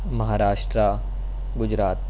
Maharashtra Gujarat